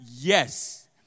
Yes